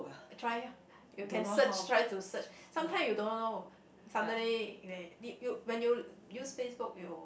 try you can search try to search sometimes you don't know somebody they did you when you use Facebook you